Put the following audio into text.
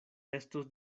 estos